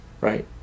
right